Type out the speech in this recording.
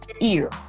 ear